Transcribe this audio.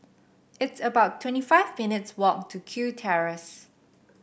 it's about twenty five minutes' walk to Kew Terrace